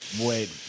wait